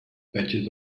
patches